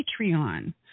Patreon